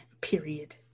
period